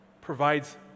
provides